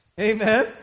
Amen